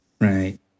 Right